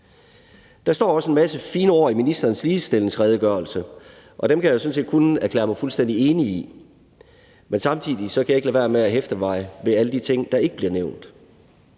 Der står også en masse fine ord i ministerens ligestillingsredegørelse, og dem kan jeg jo sådan set kun erklære mig fuldstændig enig i, men samtidig kan jeg ikke lade være med at hæfte mig ved alle de ting, der ikke bliver nævnt.